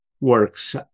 works